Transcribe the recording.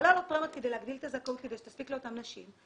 או להעלות פרמיות כדי להגדיל את הזכאות שתספיק לאותן נשים,